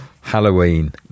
halloween